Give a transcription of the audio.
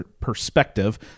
perspective